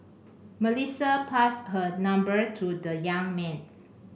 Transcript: Melissa passed her number to the young man